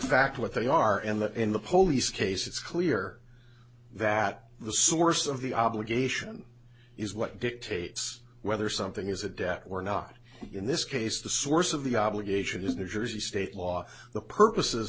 fact what they are and that in the police case it's clear that the source of the obligation is what dictates whether something is a debt we're not in this case the source of the obligation is new jersey state law the purposes